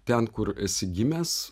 ten kur esi gimęs